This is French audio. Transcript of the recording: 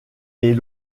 les